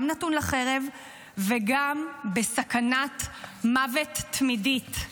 גם נתון לחרב וגם בסכנת מוות תמידית.